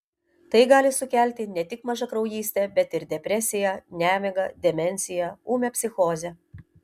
tai gali sukelti ne tik mažakraujystę bet ir depresiją nemigą demenciją ūmią psichozę